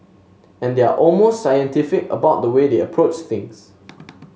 and they are almost scientific about the way they approach things